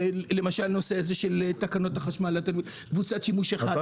למשל, נושא הזה של תקנות החשמל, קבוצת שימוש אחת.